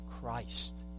Christ